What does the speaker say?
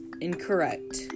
incorrect